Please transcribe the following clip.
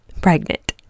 pregnant